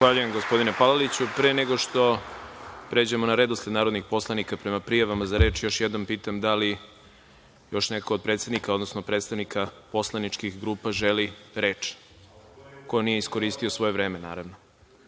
Zahvaljujem, gospodine Palaliću. Pre nego što pređemo na redosled narodnih poslanika prema prijavama za reč, još jednom pitam – da li još neko od predsednika, odnosno predstavnika poslaničkih grupa želi reč, ko nije iskoristio svoje vreme, naravno?